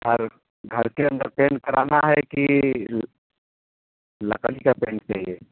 घर घर के अंदर पेन्ट कराना है की लकड़ी का पेन्ट चाहिए